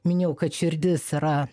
minėjau kad širdis yra